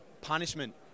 punishment